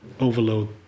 overload